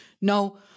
No